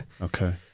Okay